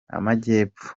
amajyepfo